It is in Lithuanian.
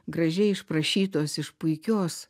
gražiai išprašytos iš puikios